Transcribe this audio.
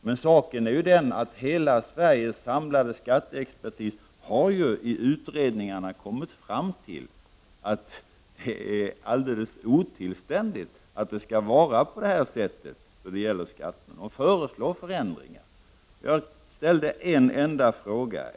Men saken är ju den, att i utredningarna har hela Sveriges samlade skatteexpertis kommit fram till att det är alldeles otillständigt att det skall vara på det här sättet när det gäller skatten, och man föreslår förändringar. Jag ställde en enda fråga.